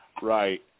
Right